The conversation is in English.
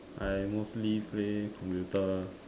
I mostly play computer